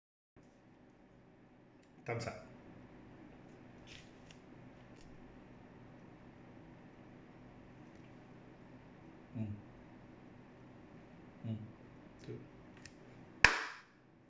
time's up um um okay